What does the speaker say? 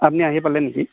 আপুনি আহি পালে নেকি